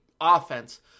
offense